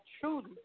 truly